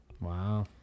Wow